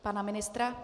Pana ministra?